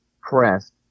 pressed